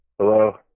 Hello